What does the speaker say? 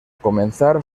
comenzar